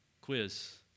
Quiz